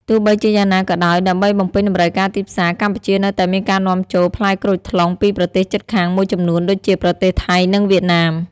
ទោះបីជាយ៉ាងណាក៏ដោយ ដើម្បីបំពេញតម្រូវការទីផ្សារ កម្ពុជានៅតែមានការនាំចូលផ្លែក្រូចថ្លុងពីប្រទេសជិតខាងមួយចំនួនដូចជា ប្រទេសថៃ និងវៀតណាម។